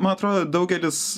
man atrodo daugelis